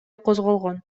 козголгон